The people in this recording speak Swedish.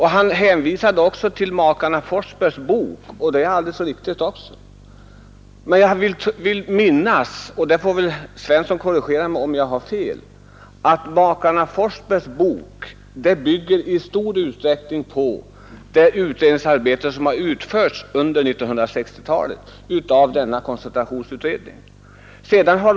Han hänvisade också till makarna Forsbergs bok. Jag vill minnas — herr Svensson får väl korrigera mig om jag har fel — att makarna Forsbergs bok i stor utsträckning bygger på det utredningsarbete som utförts av koncentrationsutredningen under 1960-talet.